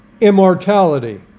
immortality